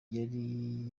yari